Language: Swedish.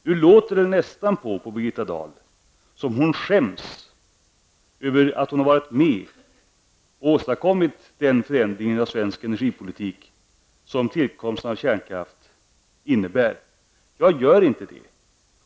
Nu låter det nästan på Birgitta Dahl som om hon skäms över att hon har varit med och åstadkommit den förändringen av svensk energipolitik som tillkomsten av kärnkraften innebär. Jag gör inte det.